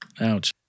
Ouch